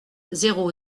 zéro